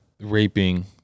raping